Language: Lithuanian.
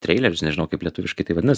treilerius nežinau kaip lietuviškai tai vadinas